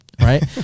right